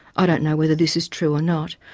i don't know whether this is true or not.